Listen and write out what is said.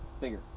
Bigger